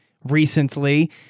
recently